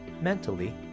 mentally